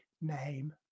name